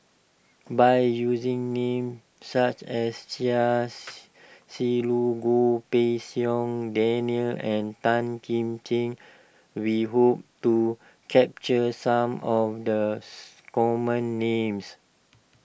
by using names such as Chia Shi Lu Goh Pei Siong Daniel and Tan Kim King we hope to capture some of the common names